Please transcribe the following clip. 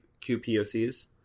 QPOCs